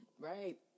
Right